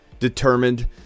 determined